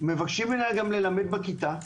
מבקשים שממנה גם ללמד בכיתה,